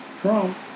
Trump